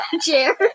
chair